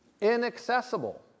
inaccessible